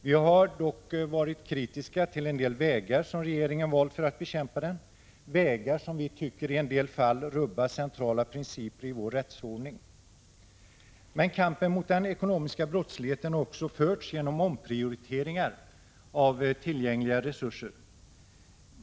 Vi har dock varit kritiska till en del av de vägar som regeringen valt för att bekämpa den, vägar som vi i en del fall tycker rubbar centrala principer i vår rättsordning. Men kampen mot den ekonomiska brottsligheten har också förts genom omprioriteringar av tillgängliga resurser.